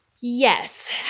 Yes